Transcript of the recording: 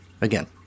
Again